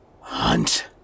Hunt